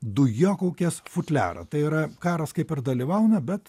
dujokaukės futliarą tai yra karas kaip ir dalyvauna bet